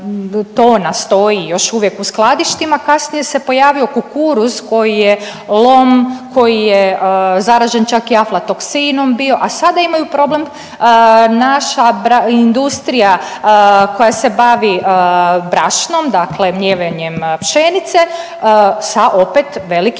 tona stoji još uvijek u skladištima. Kasnije se pojavio kukuruz koji je lom, koji je zaražen čak i aflatoksinom bio, a sada imaju problem naša industrija koja se bavi brašnom, dakle mljevenjem pšenice sa opet velikim